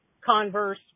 Converse